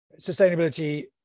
sustainability